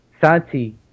Santi